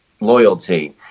loyalty